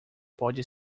pode